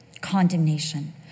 condemnation